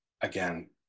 again